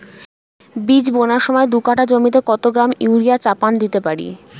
বীজ বোনার সময় দু কাঠা জমিতে কত গ্রাম ইউরিয়া চাপান দিতে পারি?